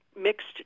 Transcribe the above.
mixed